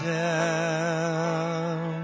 down